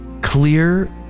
clear